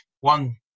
one